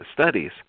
studies